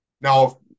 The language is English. Now